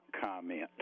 comment